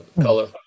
color